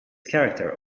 character